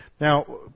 Now